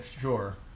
Sure